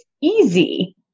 easy